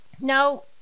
now